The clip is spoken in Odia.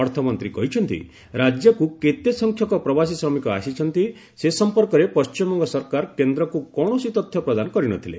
ଅର୍ଥମନ୍ତ୍ରୀ କହିଛନ୍ତି ରାଜ୍ୟକୁ କେତେ ସଂଖ୍ୟକ ପ୍ରବାସୀ ଶ୍ରମିକ ଆସିଛନ୍ତି ସେ ସଂପର୍କରେ ପଶ୍ଚିମବଙ୍ଗ ସରକାର କେନ୍ଦ୍ରକୁ କୌଣସି ତଥ୍ୟ ପ୍ରଦାନ କରିନଥିଲେ